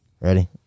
Ready